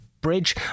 Bridge